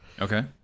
Okay